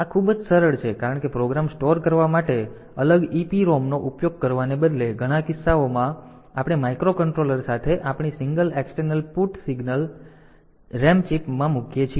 તેથી આ ખૂબ જ સરળ છે કારણ કે પ્રોગ્રામ સ્ટોર કરવા માટે અલગ EPROM નો ઉપયોગ કરવાને બદલે ઘણા કિસ્સાઓમાં શું થાય છે કે આપણે માઇક્રો કંટ્રોલર સાથે આપણી single external put single RAM chip મૂકીએ છીએ